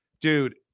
Dude